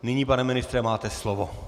Nyní, pane ministře, máte slovo.